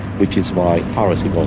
which is why piracy um